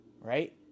Right